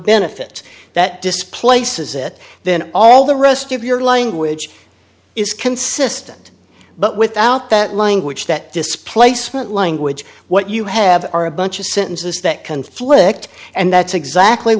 benefits that displaces it then all the rest of your language is consistent but without that language that displacement language what you have are a bunch of sentences that conflict and that's exactly